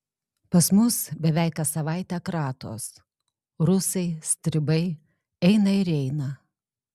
pas mus beveik kas savaitę kratos rusai stribai eina ir eina